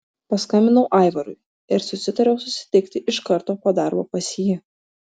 paskambinau aivarui ir susitariau susitikti iš karto po darbo pas jį